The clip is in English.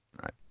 right